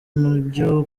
nabyo